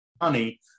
money